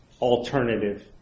alternative